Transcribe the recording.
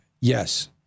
Yes